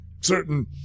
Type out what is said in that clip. certain